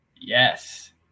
yes